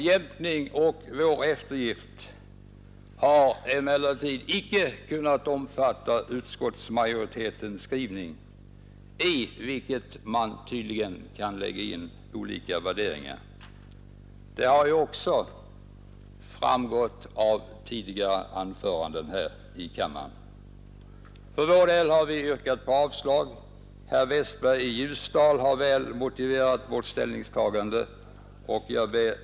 Jämkningarna och eftergifterna har emellertid inte sträckt sig så långt att alla på denna punkt kunnat omfatta utskottsmajoritetens skrivning, i vilken man tydligen kan lägga in olika värderingar — detta har också framgått av tidigare anföranden här i kammaren. Folkpartirepresentanterna har här yrkat på avslag — herr Westberg i Ljusdal har väl motiverat vårt ställningstagande.